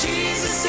Jesus